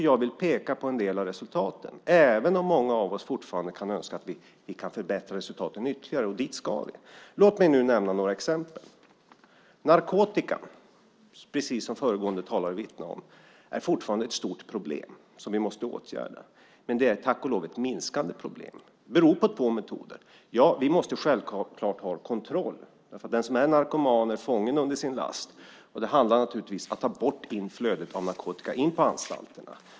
Jag vill peka på en del av resultaten, även om många av oss fortfarande kan önska att vi kan förbättra resultaten ytterligare, och dit ska vi. Låt mig nu nämna några exempel. Narkotikan är, precis som föregående talare vittnade om, fortfarande ett stort problem som vi måste åtgärda. Men det är, tack och lov, ett minskande problem. Det beror på två metoder. Ja, vi måste självklart ha kontroll, därför att den som är narkoman är fånge under sin last, och det handlar om att ta bort inflödet av narkotika in på anstalterna.